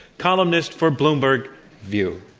columnist for bloomberg view.